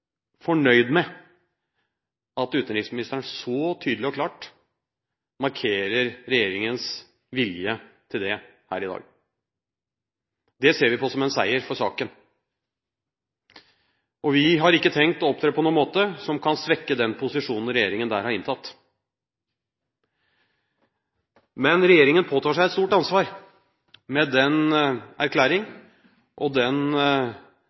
fornøyd med at utenriksministeren så tydelig og klart markerer regjeringens vilje til det her i dag. Det ser vi på som en seier for saken. Vi har ikke tenkt å opptre på noen måte som kan svekke den posisjonen regjeringen der har inntatt. Men regjeringen påtar seg et stort ansvar med den erklæring og den